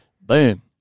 Boom